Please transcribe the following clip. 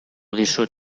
dizut